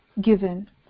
given